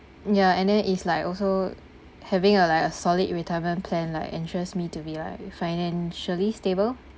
ya and then it's like also having a like a solid retirement plan like ensures me to be like financially stable